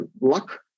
luck